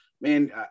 man